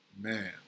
man